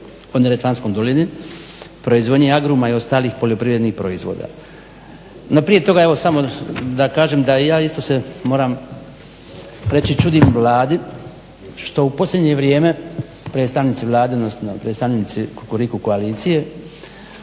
o Neretvanskoj dolini, proizvodnji agruma i ostalih poljoprivrednih proizvoda. No prije toga evo samo da kažem da i ja isto se moram reći čudim Vladi što u posljednje vrijeme predstavnici Vlade odnosno predstavnici Kukuriku koalicije